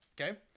okay